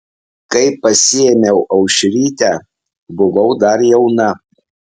kai pasiėmiau aušrytę buvau dar jauna